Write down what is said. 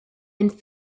and